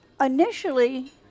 Initially